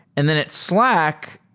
and then at slack,